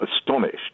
astonished